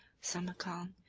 samarcand,